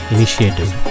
Initiative